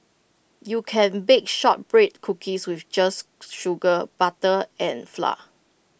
you can bake Shortbread Cookies with just sugar butter and flour